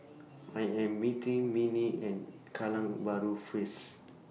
I Am meeting Minnie At Kallang Bahru Fris